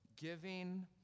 giving